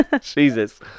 Jesus